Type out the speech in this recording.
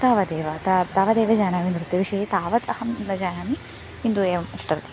तावदेव ता तावदेव जानामि नृत्यविषये तावत् अहं न जानामि किन्तु एवम् उक्तवती